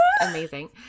amazing